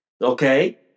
Okay